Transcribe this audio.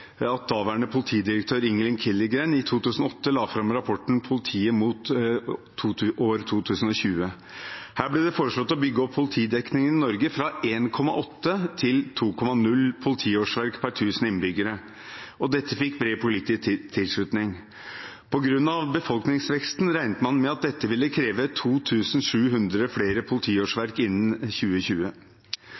at daværende politidirektør Ingelin Killengreen i 2008 la fram rapporten Politiet mot 2020. Her ble det foreslått å bygge opp politidekningen i Norge fra 1,8 til 2,0 politiårsverk per 1 000 innbyggere, og dette fikk bred politisk tilslutning. På grunn av befolkningsveksten regnet man med at dette ville kreve 2 700 flere politiårsverk innen 2020.